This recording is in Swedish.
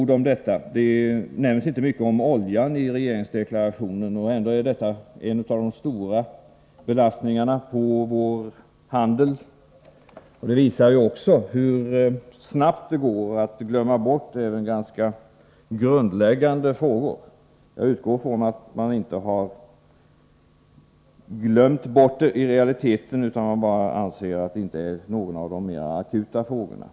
Det nämns inte mycket om oljan i regeringsdeklarationen, och ändå är detta en av de stora belastningarna på vår handel. Detta visar kanske också hur snabbt det går att glömma bort även grundläggande frågor. Jag utgår från att man i realiteten inte har glömt bort denna fråga, utan bara anser att den inte är en av de mer akuta frågorna.